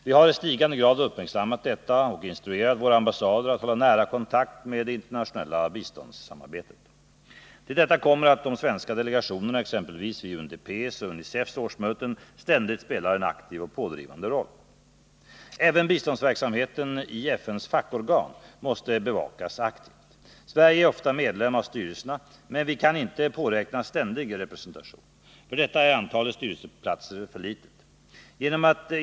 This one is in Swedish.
Vi har i stigande grad uppmärksammat detta och instruerat våra ambassader att hålla nära kontakt med det internationella biståndssamarbetet. Till detta kommer att de svenska delegationerna, exempelvis vid UNDP:s och UNICEF:s årsmöten, ständigt spelar en aktiv och pådrivande roll. Även biståndsverksamheten i FN:s fackorgan måste bevakas aktivt. Sverige är ofta medlem av styrelserna, men vi kan inte påräkna ständig representation. För detta är antalet styrelseplatser för litet.